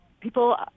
People